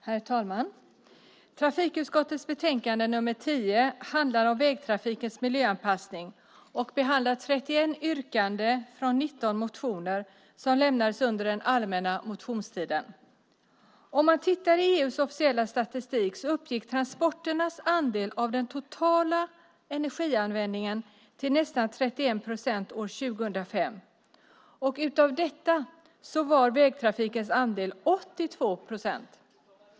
Herr talman! Trafikutskottets betänkande nr 10 handlar om vägtrafikens miljöanpassning. I betänkandet behandlas 31 yrkanden från 19 motioner som lämnades under den allmänna motionstiden. Om man tittar i EU:s officiella statistik ser man att transporternas andel av den totala energianvändningen uppgick till nästan 31 procent år 2005. Av detta var vägtrafikens andel 82 procent.